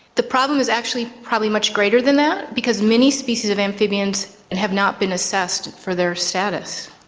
the problem is actually probably much greater than that because many species of amphibians and have not been assessed for their status.